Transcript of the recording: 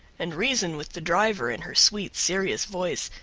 and reason with the driver in her sweet serious voice,